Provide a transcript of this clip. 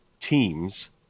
teams